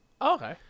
Okay